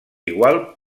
igual